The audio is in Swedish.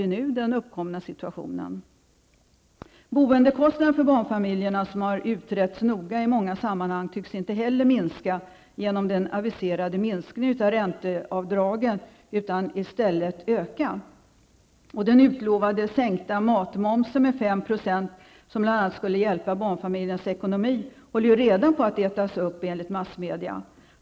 Detta visar den nu uppkomna situationen. Boendekostnaderna för barnfamiljerna, som har utretts noga i många sammanhang, tycks inte heller minska genom den aviserade minskningen av ränteavdragen, utan i stället öka. Den utlovade sänkningen av matmomsen med 5 %, som bl.a. skulle hjälpa upp barnfamiljernas ekonomi, håller enligt massmedia redan på att ätas upp.